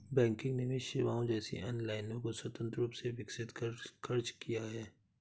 banking निवेश सेवाओं जैसी अन्य लाइनों को स्वतंत्र रूप से विकसित खर्च किया है